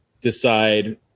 decide